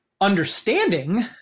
understanding